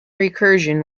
recursion